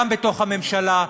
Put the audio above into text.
גם בתוך הממשלה,